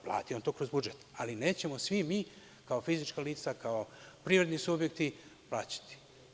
Plati on to kroz budžet, ali nećemo svi mi, kao fizička lica, kao privredni subjekti, plaćati.